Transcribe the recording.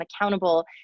accountable